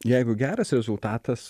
jeigu geras rezultatas